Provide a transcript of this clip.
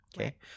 Okay